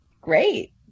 great